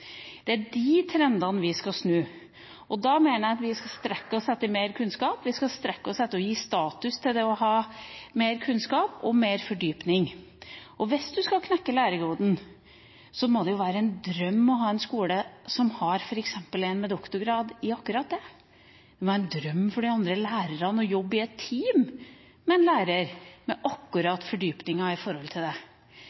Det er de trendene vi skal snu. Da mener jeg at vi skal strekke oss etter mer kunnskap, og vi skal strekke oss etter å gi status til det å ha mer kunnskap og mer fordypning. Hvis man skal knekke lærekoden, må det være en drøm å ha en skole som f.eks. har en med doktorgrad i akkurat dette. Det må være en drøm for de andre lærerne å jobbe i et team med en lærer med